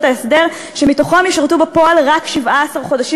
ההסדר שבו ישרתו בפועל רק 17 חודשים,